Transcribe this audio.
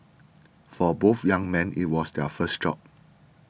for both young men it was their first job